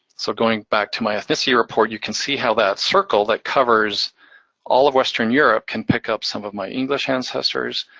so going back to my ethnicity report, you can see how that circle that covers all of western europe can pick up some of my english ancestors,